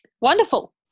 wonderful